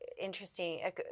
interesting